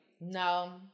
No